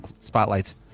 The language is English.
spotlights